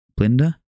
Blender